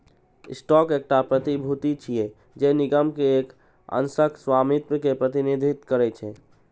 stock एकटा प्रतिभूति छियै, जे निगम के एक अंशक स्वामित्व के प्रतिनिधित्व करै छै